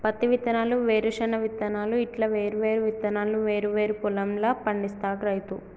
పత్తి విత్తనాలు, వేరుశన విత్తనాలు ఇట్లా వేరు వేరు విత్తనాలను వేరు వేరు పొలం ల పండిస్తాడు రైతు